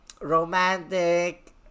romantic